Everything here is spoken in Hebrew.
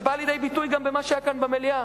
שבאה לידי ביטוי גם במה שהיה כאן במליאה,